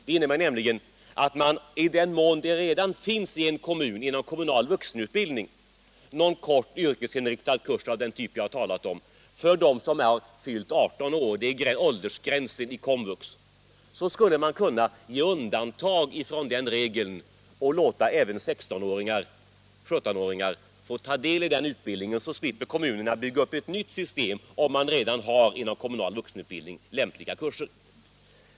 Det innebär nämligen att i den mån det i en kommun inom kommunal vuxenutbildning redan finns någon kort, yr kesinriktad kurs av den typ jag talar om för dem som fyllt 18 år, som är åldersgränsen i KOMVUX, skulle man kunna göra undantag från den regeln och låta även 16 och 17-åringar ta del av utbildningen. Kommunerna slipper då bygga upp ett nytt system, om det inom kommunal vuxenutbildning redan finns lämpliga kurser.